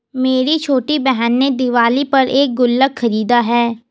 मेरी छोटी बहन ने दिवाली पर एक गुल्लक खरीदा है